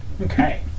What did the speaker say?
Okay